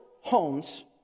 homes